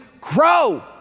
grow